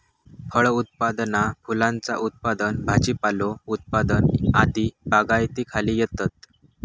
फळ उत्पादना फुलांचा उत्पादन भाजीपालो उत्पादन आदी बागायतीखाली येतत